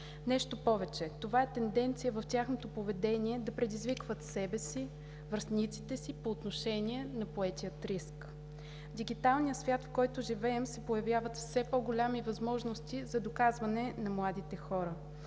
Нещо повече, тенденция в тяхното поведение е да предизвикват себе си, връстниците си по отношение на поетия риск. В дигиталния свят, в който живеем, се появяват все по-големи възможности за доказване на младите хора.